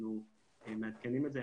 אנחנו מעדכנים את זה.